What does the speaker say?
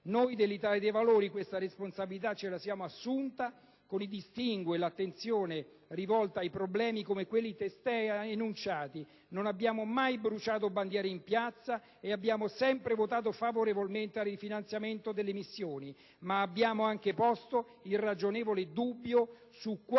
Noi dell'Italia dei Valori questa responsabilità ce la siamo assunta con i distinguo e l'attenzione rivolta ai problemi come quelli testé enunciati. Non abbiamo mai bruciato bandiere in piazza e abbiamo sempre votato favorevolmente al rifinanziamento delle missioni, ma abbiamo anche posto il ragionevole dubbio su quale